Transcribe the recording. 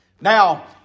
Now